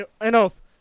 enough